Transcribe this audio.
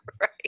Right